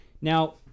Now